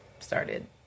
Started